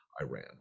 Iran